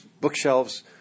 bookshelves